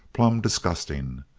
plumb disgusting.